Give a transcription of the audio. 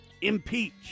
impeach